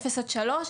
בגילאי 3-0,